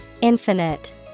Infinite